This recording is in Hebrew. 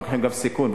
אנחנו לוקחים גם סיכון,